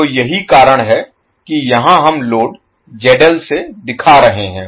तो यही कारण है कि यहां हम लोड ZL से दिखा रहे हैं